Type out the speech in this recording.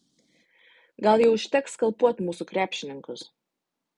gal jau užteks skalpuot mūsų krepšininkus